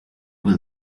will